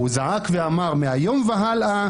הוא זעק ואמר: מהיום והלאה,